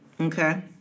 Okay